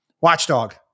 Watchdog